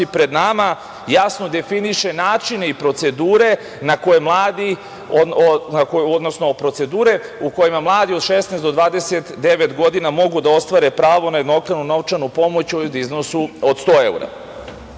pred nama jasno definiše načine i procedure u kojima mladi od 16 do 29 godina mogu da ostvare pravo na jednokratnu novčanu pomoć u iznosu od 100